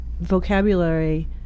vocabulary